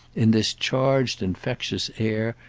in this charged infectious air,